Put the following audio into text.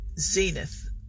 zenith